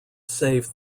save